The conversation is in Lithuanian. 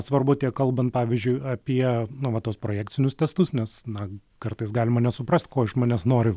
svarbu tiek kalbant pavyzdžiui apie nu vat tuos projekcinius testus nes na kartais galima nesuprast ko iš manęs nori